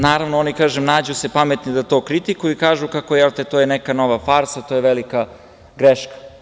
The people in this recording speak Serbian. Naravno, nađu se pametni da to kritikuju i kažu kako je to neka nova farsa, to je velika greška.